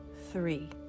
three